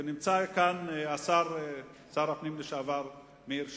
ונמצא כאן שר הפנים לשעבר מאיר שטרית.